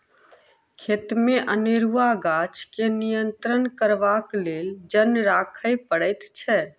खेतमे अनेरूआ गाछ के नियंत्रण करबाक लेल जन राखय पड़ैत छै